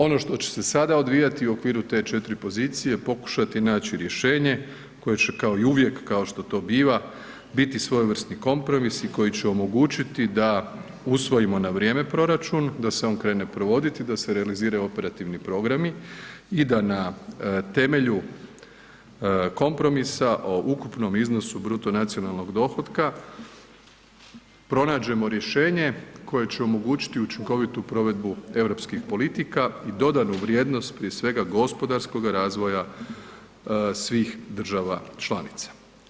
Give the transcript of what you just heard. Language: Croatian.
Ono što će se sada odvijati u okviru te četiri pozicije pokušati naći rješenje koje će kao i uvijek kao što to biva biti svojevrsni kompromis i koji će omogućiti da usvojimo na vrijeme proračun, da se on krene provoditi i da se realiziraju operativni programi i da na temelju kompromisa o ukupnom iznosu bruto nacionalnog dohotka pronađemo rješenje koje će omogućiti učinkovitu provedbu europskih politika i dodanu vrijednost prije svega gospodarskoga razvoja svih država članica.